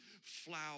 flour